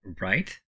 Right